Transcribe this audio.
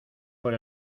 por